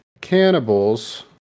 cannibals